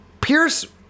Pierce